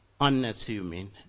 unassuming